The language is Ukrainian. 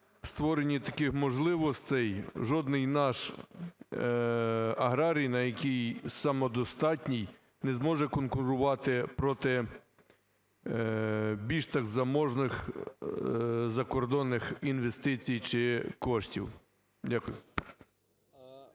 створенні таких можливостей жодний наш аграрій, який самодостатній, не зможе конкурувати проти більш так заможних закордонних інвестицій чи коштів? Дякую.